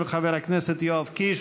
של חבר הכנסת יואב קיש.